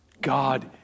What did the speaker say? God